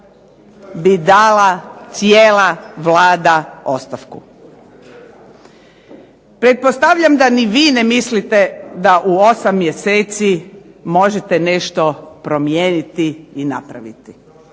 bi dala cijela Vlada ostavku. Pretpostavljam da ni vi ne mislite da u 8 mjeseci možete nešto promijeniti i napraviti,